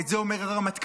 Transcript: את זה אומר הרמטכ"ל,